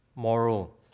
moral